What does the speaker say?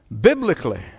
biblically